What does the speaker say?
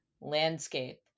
landscape